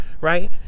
right